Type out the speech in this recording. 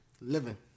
Living